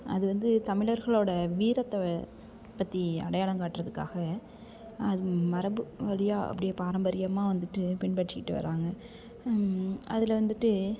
அது வந்து தமிழர்களோடய வீரத்தை பற்றி அடையாளம் காட்டுறதுக்காக மரபு வழியாக அப்படியே பாரம்பரியமாக வந்துட்டு பின்பற்றிட்டு வராங்க அதில் வந்துட்டு